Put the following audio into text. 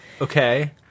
Okay